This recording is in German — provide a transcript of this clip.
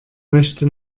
möchte